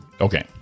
Okay